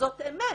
זאת אמת.